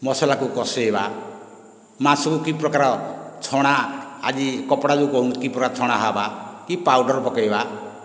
ମସଲାକୁ କଷେଇବା ମାଂସକୁ କି ପ୍ରକାର ଛଣା ଆଜି ପକୋଡ଼ାକୁ କି ପ୍ରକାର ଛଣା ହେବା କି ପାଉଡ଼ର ପକେଇବା